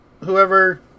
whoever